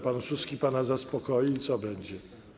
Pan Suski pana zaspokoi i co będzie?